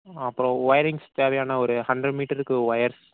அப்புறம் ஒயரிங்ஸ் தேவையான ஒரு ஹண்ட்ரட் மீட்டருக்கு ஒயர்ஸ்